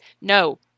No